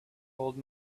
old